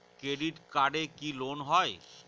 Credit কার্ডে কি loan হয়?